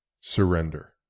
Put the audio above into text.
surrender